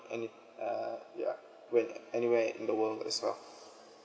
and it uh yeah when anywhere in the world as well